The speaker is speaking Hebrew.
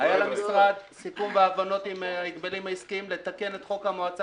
היה למשרד סיכום והבנות עם ההגבלים העסקיים לתקן את חוק המועצה